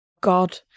God